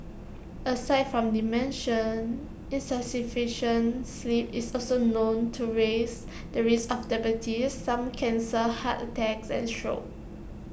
aside from dementia insufficient sleep is also known to raise the risk of diabetes some cancers heart attacks and stroke